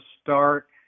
start